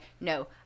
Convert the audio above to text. No